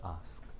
ask